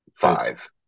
five